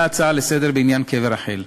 והעלה הצעה לסדר-היום בעניין קבר רחל.